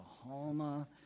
Oklahoma